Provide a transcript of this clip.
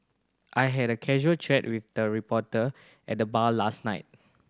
I had a casual chat with the reporter at the bar last night